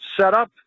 setup